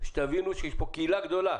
שתבינו שיש פה קהילה גדולה